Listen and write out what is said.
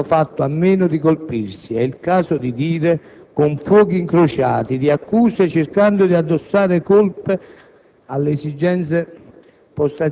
Non hanno fatto a meno di colpirsi - è il caso di dire - con fuochi incrociati di accuse, cercando di addossare colpe alle esigue